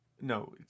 No